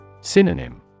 Synonym